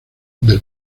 del